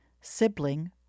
sibling